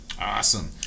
Awesome